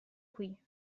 qui